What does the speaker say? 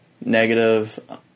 negative